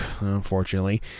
unfortunately